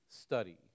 study